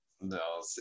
no